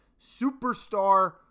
superstar